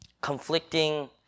conflicting